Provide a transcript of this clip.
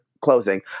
closing